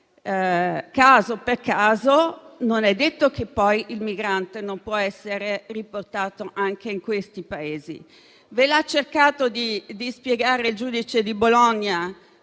caso per caso, non è detto che poi il migrante non possa essere riportato anche in quei Paesi. Ha cercato di spiegarvelo il giudice di Bologna